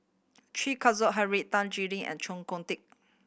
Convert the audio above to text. Chen Kezhan Henri Tan Chuan Jin and Chee Kong Tet